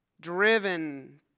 Driven